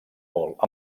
molt